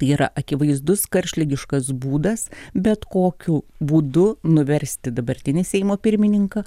tai yra akivaizdus karštligiškas būdas bet kokiu būdu nuversti dabartinį seimo pirmininką